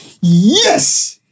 yes